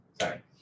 sorry